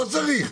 לא צריך,